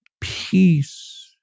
Peace